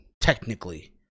technically